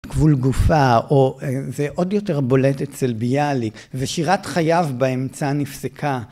גבול גופה זה עוד יותר בולט אצל ביאליק ושירת חייו באמצע נפסקה